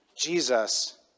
Jesus